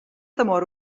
temor